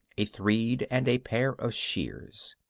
a threed, and a pair of sheeres.